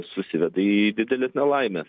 susiveda į dideles nelaimes